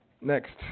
Next